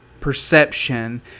perception